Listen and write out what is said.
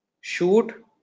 Shoot